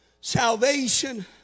salvation